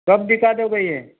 कब दिखा दोगे ये